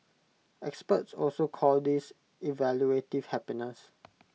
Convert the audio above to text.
experts also call this evaluative happiness